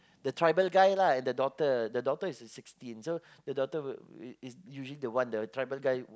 the tribal guy lah and the daughter the daughter is like sixteen so the daughter will is would usually the one that the tribal guy would